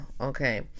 Okay